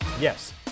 Yes